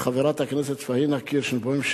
וחברת הכנסת פניה קירשנבאום,